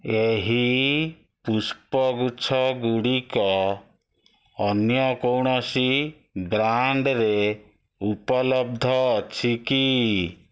ଏହି ପୁଷ୍ପଗୁଚ୍ଛ ଗୁଡ଼ିକ ଅନ୍ୟ କୌଣସି ବ୍ରାଣ୍ଡ୍ରେ ଉପଲବ୍ଧ ଅଛି କି